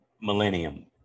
Millennium